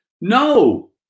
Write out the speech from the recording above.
No